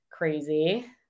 crazy